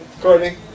Courtney